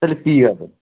ଖାଲି ପିଇବା ପାଇଁ